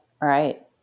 Right